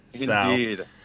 Indeed